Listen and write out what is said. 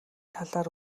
талаар